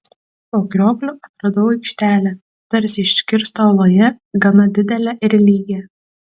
po kriokliu atradau aikštelę tarsi iškirstą uoloje gana didelę ir lygią